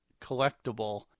collectible